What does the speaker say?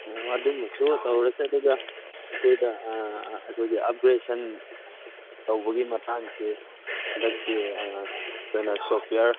ꯑꯗꯨꯃꯁꯨ ꯇꯧꯔꯁꯤ ꯑꯗꯨꯒ ꯑꯩꯈꯣꯏꯗ ꯑꯩꯈꯣꯏꯒꯤ ꯑꯞꯒ꯭ꯔꯦꯁꯟ ꯇꯧꯕꯒꯤ ꯃꯇꯥꯡꯁꯦ ꯍꯟꯗꯛꯀꯤ ꯑꯩꯈꯣꯏꯅ ꯁꯣꯐꯋꯦꯌꯥꯔ